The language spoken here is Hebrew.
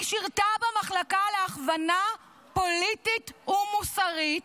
שירתה במחלקה להכוונה פוליטית ומוסרית,